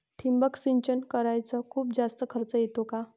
ठिबक सिंचन कराच खूप जास्त खर्च येतो का?